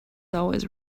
always